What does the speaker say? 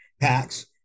packs